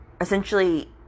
essentially